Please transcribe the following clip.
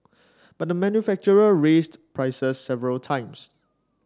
but the manufacturer raised prices several times